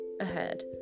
ahead